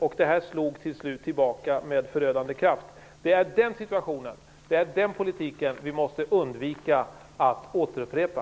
Till sist slog detta tillbaka med förödande kraft. Det är den situationen och den politiken som vi måste undvika att återupprepa.